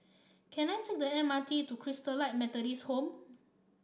can I take the M R T to Christalite Methodist Home